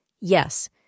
Yes